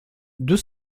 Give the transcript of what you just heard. deux